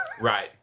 Right